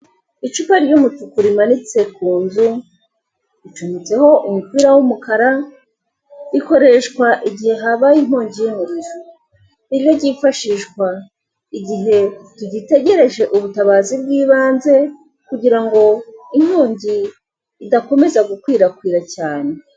Icupa ry'umutuku rimanitse ku nzu ricometseho umupira w'umukara, rikoreshwa igihe habaye inkongi, ni ryo ryifashishwa igihe tugitegereje ubutabazi bw'ibanze kugirango inkongi idakomeza gukwirakwira cyane.